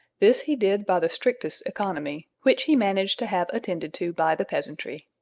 this he did by the strictest economy, which he managed to have attended to by the peasantry.